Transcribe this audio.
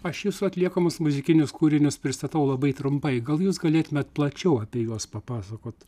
aš jūsų atliekamus muzikinius kūrinius pristatau labai trumpai gal jūs galėtumėt plačiau apie juos papasakot